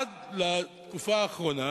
עד לתקופה האחרונה,